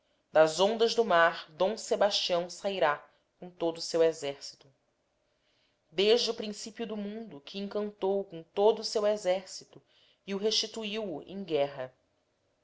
das ondas do mar d sebastião sahirá com todo o seu exercito desde o principio do mundo que encantou com todo seu exercito e o restituio em guerra